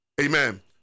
Amen